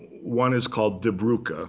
one is called die brucke, ah